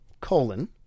colon